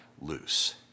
loose